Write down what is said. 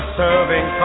serving